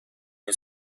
این